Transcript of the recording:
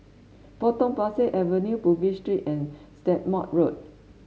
Potong Pasir Avenue Bugis Street and Stagmont Road